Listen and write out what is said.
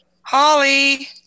Holly